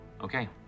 Okay